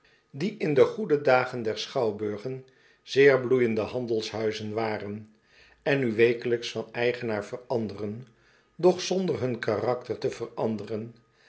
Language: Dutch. die in de goede dagen der schouwburgen zeer bloeiende handelshuizen waren en nu wekelijks van eigenaar veranderen doch zonder hun karakter te veranderen